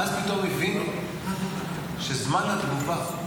ואז פתאום הבינו שזמן התגובה,